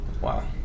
Wow